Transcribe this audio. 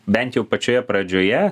bent jau pačioje pradžioje